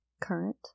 current